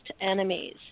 enemies